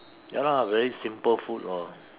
ya lah very simple food lor